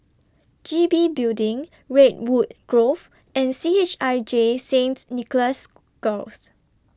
G B Building Redwood Grove and C H I J Saints Nicholas Girls